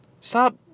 Stop